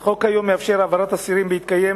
היום החוק מאפשר העברת אסירים בהתקיים